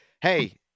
Hey